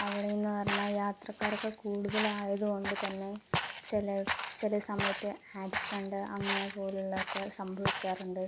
അവിടെ എന്ന് പറഞ്ഞാൽ യാത്രക്കാർ കൂടുതൽ ആയത് കൊണ്ടുതന്നെ ചിലചില സമയത്ത് ആക്സിഡൻറ്റ് അങ്ങനെ പോലുള്ളതൊക്കെ സംഭവിക്കാറുണ്ട്